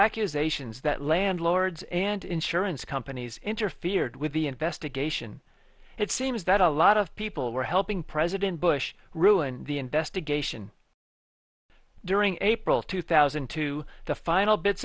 accusations that landlords and insurance companies interfered with the investigation it seems that a lot of people were helping president bush ruin the investigation during april two thousand and two the final bits